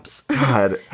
God